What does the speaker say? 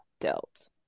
dealt